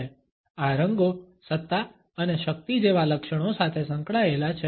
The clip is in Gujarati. આ રંગો સત્તા અને શક્તિ જેવા લક્ષણો સાથે સંકળાયેલા છે